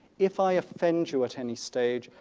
if i offend you at any stage,